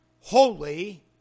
holy